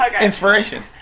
Inspiration